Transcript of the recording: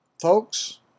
Folks